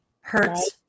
hurts